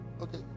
Okay